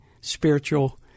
spiritual